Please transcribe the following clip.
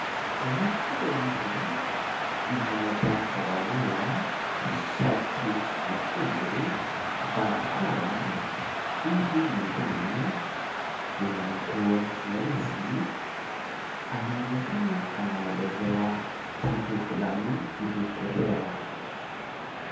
Watu wawili, mmoja kavalia shati nyekundu, barakoa, hivi mwingine yuna nguo nyeusi, anaonekana anaelezewa kitu fulani ili kuelewa.